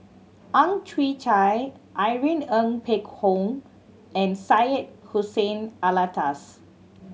Ang Chwee Chai Irene Ng Phek Hoong and Syed Hussein Alatas